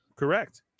Correct